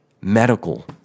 medical